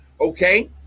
Okay